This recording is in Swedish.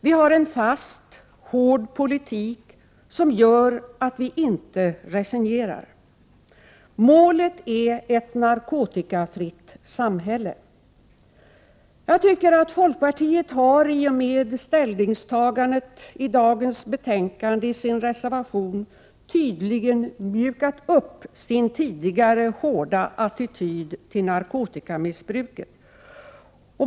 Vi har en fast, hård politik som gör att vi inte resignerar. Målet är ett narkotikafritt samhälle. Jag tycker att folkpartiet har, i och med ställningstagandet i sin reservation till dagens betänkande, mjukat upp sin tidigare hårda attityd till narkotikamissbruket.